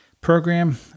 program